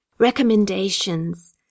recommendations